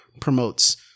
promotes